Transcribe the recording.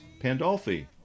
Pandolfi